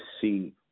see